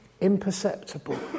imperceptible